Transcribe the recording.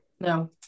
No